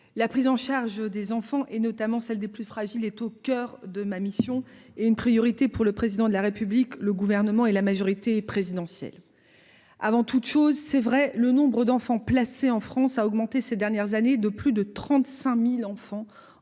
la prise en charge des enfants et notamment celle des plus fragiles, est au coeur de ma mission est une priorité pour le président de la République, le gouvernement et la majorité présidentielle avant toute chose, c'est vrai, le nombre d'enfants placés en France a augmenté ces dernières années de plus de 35000 enfants